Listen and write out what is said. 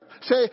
Say